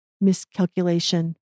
miscalculation